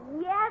Yes